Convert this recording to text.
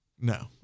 No